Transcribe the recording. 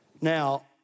Now